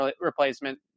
replacement